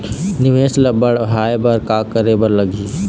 निवेश ला बड़हाए बर का करे बर लगही?